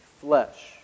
flesh